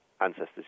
ancestors